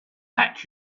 hat